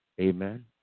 Amen